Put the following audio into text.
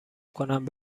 کنند